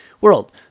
world